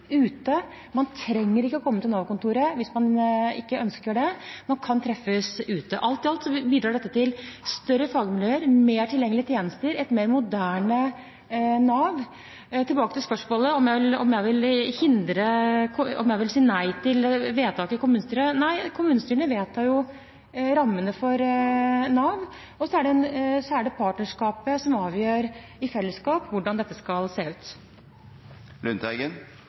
man kan treffes ute. Alt i alt bidrar dette til større fagmiljøer, mer tilgjengelige tjenester, et mer moderne Nav. Tilbake til spørsmålet, om jeg vil si nei til vedtak i kommunestyret. Nei, kommunestyrene vedtar jo rammene for Nav, og så er det partnerskapet som avgjør i fellesskap hvordan dette skal se